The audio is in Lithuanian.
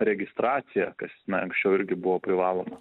registracija kas na anksčiau irgi buvo privaloma